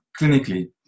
clinically